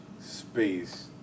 space